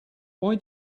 why